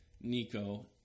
Nico